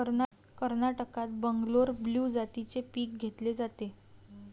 कर्नाटकात बंगलोर ब्लू जातीचे पीक घेतले जाते